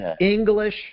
English